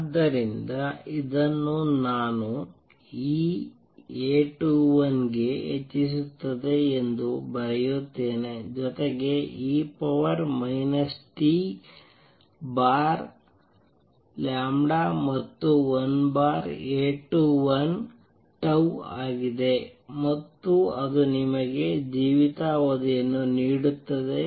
ಆದ್ದರಿಂದ ಇದನ್ನು ನಾನು e A21 ಗೆ ಹೆಚ್ಚಿಸುತ್ತದೆ ಎಂದು ಬರೆಯುತ್ತೆನೆ ಜೊತೆಗೆ e tτ ಮತ್ತು 1 A21 ಆಗಿದೆ ಮತ್ತು ಅದು ನಿಮಗೆ ಜೀವಿತಾವಧಿಯನ್ನು ನೀಡುತ್ತದೆ